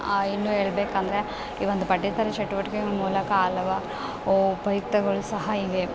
ಆ ಇನ್ನು ಹೇಳ್ಬೇಕಂದ್ರೆ ಈ ಒಂದು ಪಠ್ಯೇತರ ಚಟುವಟಿಕೆ ಮೂಲಕ ಅಲವಾ ಓ ಉಪಯುಕ್ತಗಳು ಸಹ ಇವೆ